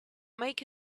make